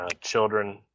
children